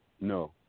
No